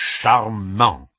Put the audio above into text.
charmant